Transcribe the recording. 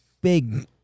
big